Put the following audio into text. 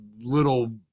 little